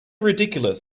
ridiculous